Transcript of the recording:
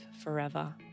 forever